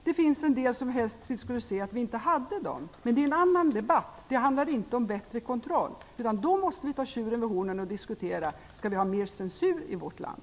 Det finns en del som helst skulle se att vi inte hade dem. Men det är en annan debatt. Det handlar inte om bättre kontroll. Då måste vi ta tjuren vid hornen och diskutera om vi skall ha mer censur i vårt land.